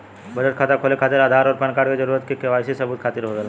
बचत खाता खोले खातिर आधार और पैनकार्ड क जरूरत के वाइ सी सबूत खातिर होवेला